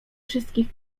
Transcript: wszystkich